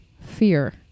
fear